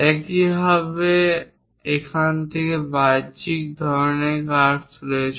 একইভাবে এখান থেকে বাহ্যিক ধরণের কার্ভস রয়েছে